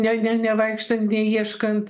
ne ne nevaikštant neieškant